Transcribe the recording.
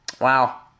Wow